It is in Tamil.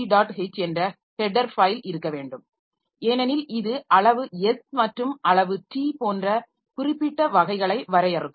h என்ற ஹெட்டர் ஃபைல் இருக்க வேண்டும் ஏனெனில் இது அளவு s மற்றும் அளவு t போன்ற குறிப்பிட்ட வகைகளை வரையறுக்கும்